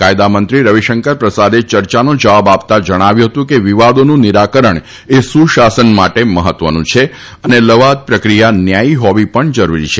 કાયદા મંત્રી રવિશંકર પ્રસાદે ચર્ચાનો જવાબ આપતા જણાવ્યું હતું કે વિવાદોનું નિરાકરણ એ સુશાસન માટે મહત્વનું છે અને લવાદની પ્રક્રિયા ન્યાયી હોવી પણ જરૂરી છે